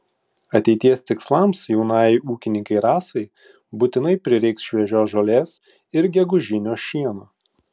ateities tikslams jaunajai ūkininkei rasai būtinai prireiks šviežios žolės ir gegužinio šieno